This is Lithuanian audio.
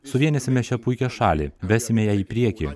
suvienysime šią puikią šalį vesime ją į priekį